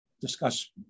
discuss